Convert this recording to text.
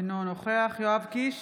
אינו נוכח יואב קיש,